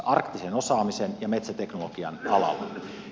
arktisen osaamisen ja metsäteknologian alalla